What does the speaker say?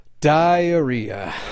diarrhea